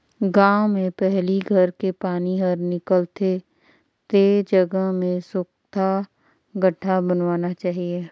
गांव में पहली घर के पानी हर निकल थे ते जगह में सोख्ता गड्ढ़ा बनवाना चाहिए